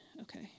Okay